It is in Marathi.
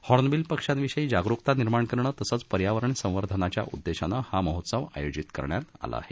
हार्नबील पक्ष्यांविषयी जागरुकता निर्माण करणं तसंच पर्यावरण संवर्धनाच्या उद्देशानं हा महोत्सव आयोजित करण्यात आला आहे